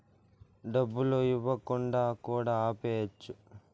డబ్బులు ఇవ్వకుండా కూడా ఆపేయచ్చు